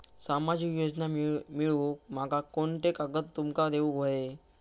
सामाजिक योजना मिलवूक माका कोनते कागद तुमका देऊक व्हये?